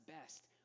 best